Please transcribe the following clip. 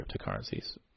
cryptocurrencies